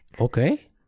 okay